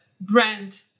brand